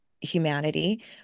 humanity